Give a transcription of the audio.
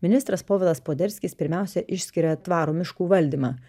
ministras povilas poderskis pirmiausia išskiria tvarų miškų valdymą